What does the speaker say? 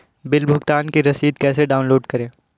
Bill भुगतान की रसीद कैसे डाउनलोड करें?